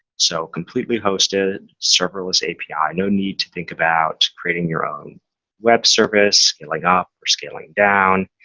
so completely hosted serverless api, no need to think about creating your own web service, scaling up or scaling down.